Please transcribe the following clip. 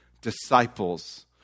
disciples